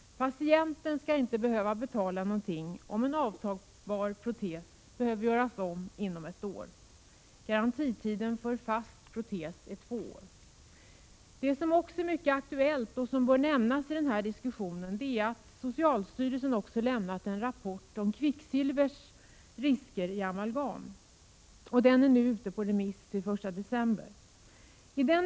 Patienten skall inte behöva betala någonting om en avtagbar protes behöver göras om inom ett år. Garantitiden för fast protes är två år. Något som också är mycket aktuellt och bör nämnas i den här diskussionen är att socialstyrelsen har avlämnat en rapport om riskerna med kvicksilver i amalgam. Den är nu ute på remiss till den 1 december.